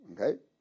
Okay